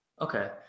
Okay